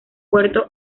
puerto